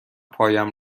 پایم